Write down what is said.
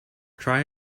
try